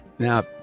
Now